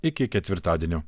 iki ketvirtadienio